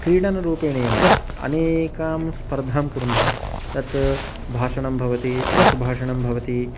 क्रीडानुरूपेणैव अनेकां स्पर्धां कुर्मः तत् भाषणं भवति आशुभाषणं भवति